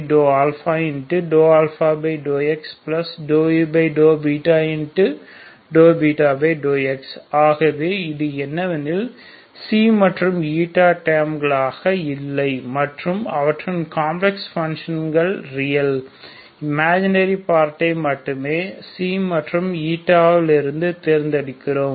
∂β∂x ஆகவே இது என்னவெனில் மற்றும் டேர்ம்களாக இல்லை மற்றும் அவற்றின் காம்ப்ளக்ஸ் பங்ஷனில் ரியல் இமாஜினரி பார்ட்டை மட்டுமே மற்றும் இருந்து தேர்ந்தெடுக்கிறோம்